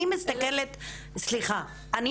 אני מסתכלת.